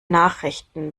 nachrichten